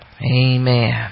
Amen